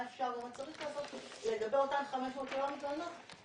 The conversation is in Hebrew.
צריך לעשות לגבי אותן 500 שלא מתלוננות.